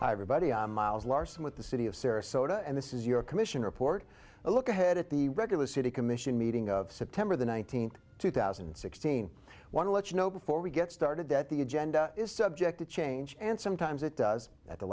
hi everybody i'm miles larsen with the city of sarasota and this is your commission report a look ahead at the regular city commission meeting of september the nineteenth two thousand and sixteen want to let you know before we get started that the agenda is subject to change and sometimes it does at the